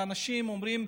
ואנשים ואומרים: